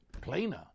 plainer